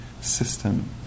system